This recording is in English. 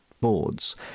boards